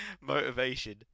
Motivation